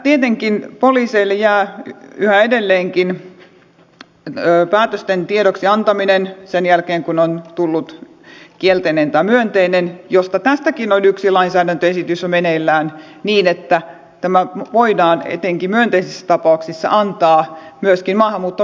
tietenkin poliiseille jää yhä edelleenkin päätösten tiedoksi antaminen sen jälkeen kun on tullut kielteinen tai myönteinen josta tästäkin on jo yksi lainsäädäntöesitys meneillään niin että tämä voidaan etenkin myönteisissä tapauksissa antaa myöskin maahanmuuttoviranomaisille tehtäväksi